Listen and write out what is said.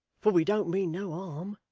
for we don't mean no harm.